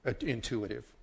intuitive